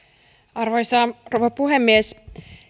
arvoisa rouva puhemies